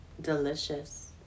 delicious